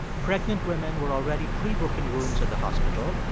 pregnant women were already pre-booking rooms at the hospital.